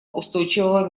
устойчивого